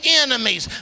enemies